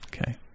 Okay